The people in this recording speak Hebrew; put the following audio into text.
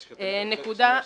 שנייה,